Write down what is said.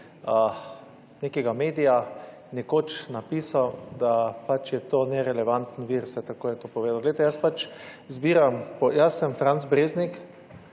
nekega medija nekoč napisal, da pač je to nerelevanten vir, vsaj tako je to povedal. Poglejte, jaz zbiram, jaz sem Franc Breznik,